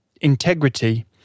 integrity